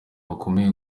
bakomeye